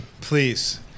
Please